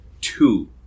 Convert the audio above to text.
two